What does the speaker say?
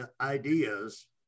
ideas